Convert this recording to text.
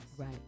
Right